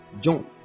john